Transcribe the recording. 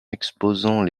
exposant